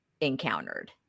encountered